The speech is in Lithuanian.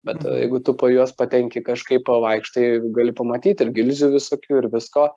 bet jeigu tu po juos patenki kažkaip pavaikštai gali pamatyt ir gilzių visokių ir visko